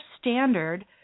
standard